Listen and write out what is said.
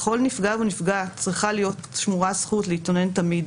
לכל נפגע ונפגעת צריכה להיות שמורה הזכות להתלונן תמיד